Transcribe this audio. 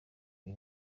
iri